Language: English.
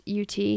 UT